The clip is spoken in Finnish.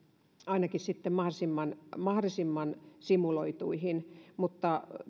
ainakin sitten mahdollisimman mahdollisimman simuloituihin mutta